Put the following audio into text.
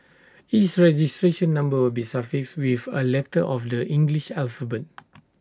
each registration number will be suffixed with A letter of the English alphabet